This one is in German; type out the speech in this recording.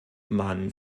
man